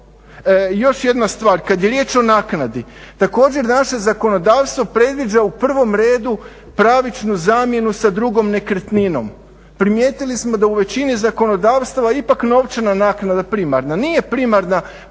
Još jedna stvar, kad je riječ o naknadi, također naše zakonodavstvo predviđa u provom redu pravičnu zamjenu sa drugom nekretnino. Primijetili smo da u većini zakonodavstava ipak novčana naknada primarna, nije primarna